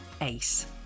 ace